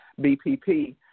BPP